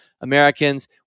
Americans